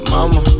Mama